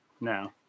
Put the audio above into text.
No